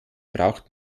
braucht